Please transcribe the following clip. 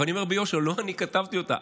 אבל אני אומר ביושר: לא אני כתבתי אותה,